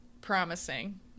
promising